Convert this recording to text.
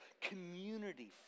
community